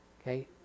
Okay